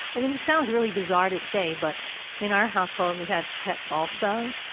i mean this sounds really bizarre to say but in our household we had pets also.